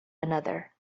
another